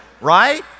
Right